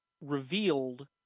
revealed